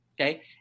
Okay